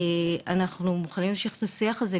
אנחנו מוכנים להמשיך את השיחה הזה,